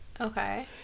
Okay